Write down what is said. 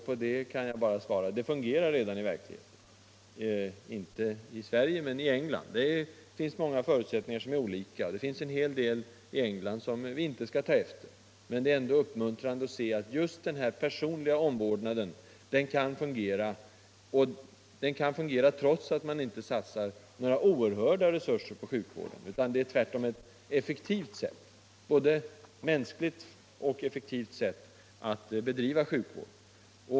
På det kan jag svara: Det fungerar redan i verkligheten, inte i Sverige men i England. Många förutsättningar är olika i England och i Sverige, det finns en hel del i det engelska systemet som vi inte skall ta efter. Men det är uppmuntrande att se att just den personliga omvårdnaden kan fungera. Och detta trots att man inte satsar några oerhörda resurser på sjukvården; det är tvärtom ett både mänskligt och effektivt sätt att bedriva sjukvård.